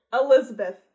Elizabeth